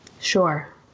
Sure